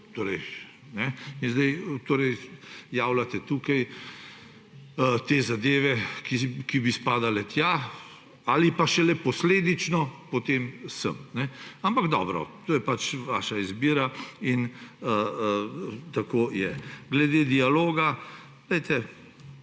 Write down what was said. zdaj javljate tukaj te zadeve, ki bi spadale tja ali pa šele posledično sem. Ampak dobro, to je pač vaša izbira in tako je. Glede dialoga. Vsi,